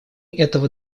этого